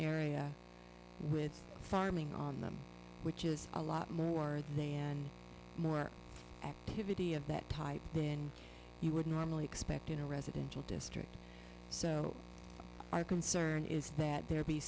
area with farming on them which is a lot more and more activity of that type when you would normally expect in a residential district so my concern is that there